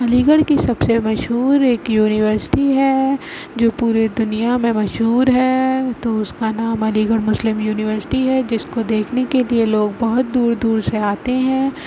علی گڑھ کی سب سے مشہور ایک یونیورسٹی ہے جو پورے دنیا میں مشہور ہے تو اس کا نام علی گڑھ مسلم یونیورسٹی ہے جس کو دیکھنے کے لیے لوگ بہت دور دور سے آتے ہیں